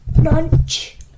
lunch